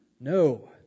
No